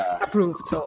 approved